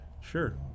Sure